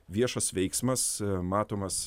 viešas veiksmas matomas